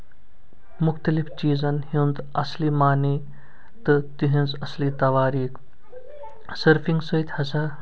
مختٔلِف چیٖزَن ہُند اَصلی معنے تہٕ تِہِنز اَصلی تَواریٖکھ سٔرفِنگ سۭتۍ ہسا